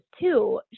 two